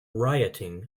rioting